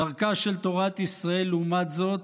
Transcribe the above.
דרכה של תורת ישראל, לעומת זאת,